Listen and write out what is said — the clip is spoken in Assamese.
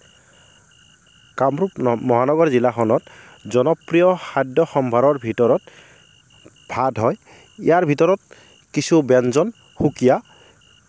কামৰূপ ম মহানগৰ জিলাখনত জনপ্ৰিয় খাদ্য সম্ভাৰৰ ভিতৰত ভাত হয় ইয়াৰ ভিতৰত কিছু ব্যঞ্জন সুকীয়া